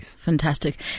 Fantastic